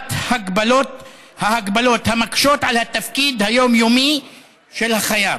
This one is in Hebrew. הטלת ההגבלות המקשות את התפקיד היומיומי של החייב,